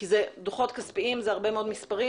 כי זה דוחות כספיים, זה הרבה מאוד מספרים.